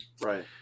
right